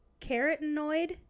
carotenoid